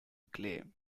clay